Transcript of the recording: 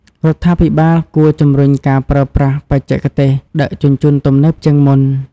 រដ្ឋាភិបាលគួរជំរុញការប្រើប្រាស់ បច្ចេកទេសដឹកជញ្ជូនទំនើបជាងមុន។